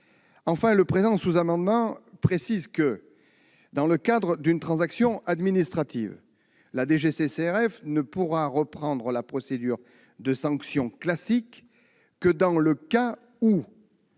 Enfin, le présent sous-amendement a pour objet de préciser que, dans le cadre d'une transaction administrative, la DGCCRF ne pourra reprendre la procédure de sanction classique que dans le cas où